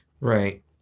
Right